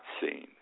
seen